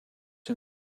him